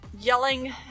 yelling